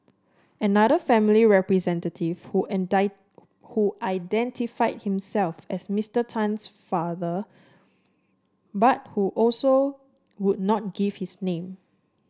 another family representative who who identified himself as Mister Tan's father but who also would not give his name